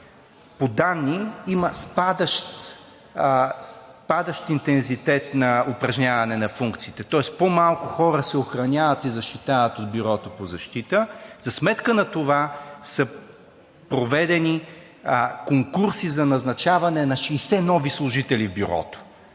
По данни има спадащ интензитет на упражняване на функциите, тоест по-малко хора се охраняват и защитават от Бюрото по защита. За сметка на това са проведени конкурси за назначаване на 60 нови служители в Бюрото.